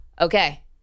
Okay